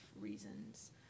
reasons